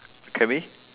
can we